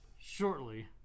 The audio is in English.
shortly